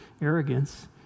arrogance